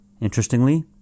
Interestingly